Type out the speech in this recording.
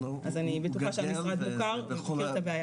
אז אני בטוחה שהמשרד מכיר את הבעיה.